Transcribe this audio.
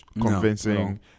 convincing